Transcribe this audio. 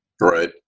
Right